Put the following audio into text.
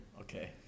Okay